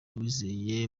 uwizeye